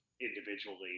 individually